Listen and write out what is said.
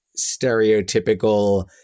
stereotypical